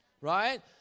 right